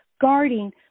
guarding